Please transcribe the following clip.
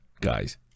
guys